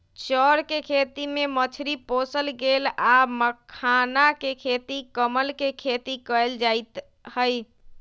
चौर कें खेती में मछरी पोशल गेल आ मखानाके खेती कमल के खेती कएल जाइत हइ